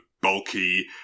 bulky